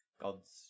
gods